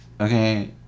okay